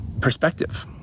perspective